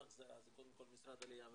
החזרה זה קודם כל משרד העלייה והקליטה,